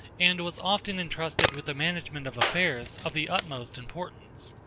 and was often intrusted with the management of affairs of the utmost importance.